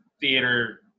theater